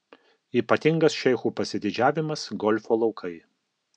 ypatingas šeichų pasididžiavimas golfo laukai